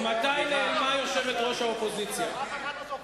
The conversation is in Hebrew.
ומתי נעלמה יושבת-ראש האופוזיציה?